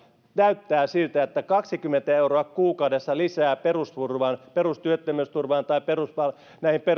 näyttää siltä että kaksikymmentä euroa kuukaudessa lisää perusturvaan perustyöttömyysturvaan tai